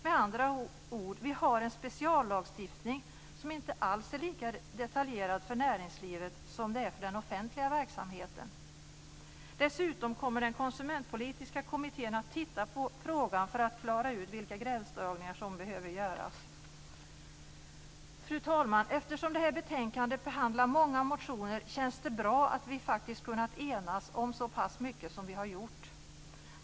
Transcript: Med andra ord har vi en speciallagstiftning som inte alls är lika detaljerad för näringslivet som den är för den offentliga verksamheten. Dessutom kommer den konsumentpolitiska kommittén att titta på frågan för att klara ut vilka gränsdragningar som behöver göras. Fru talman! Eftersom det i det här betänkandet behandlas många motioner känns det bra att vi har kunnat enas om så pass mycket.